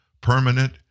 permanent